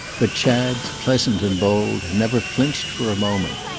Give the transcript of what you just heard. but chad's pleasant and bold, never flinched for a moment.